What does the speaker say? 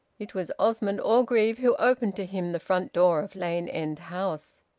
it was osmond orgreave who opened to him the front door of lane end house.